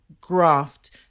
graft